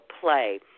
play